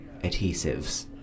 adhesives